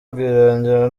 rwirangira